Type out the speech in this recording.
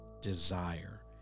desire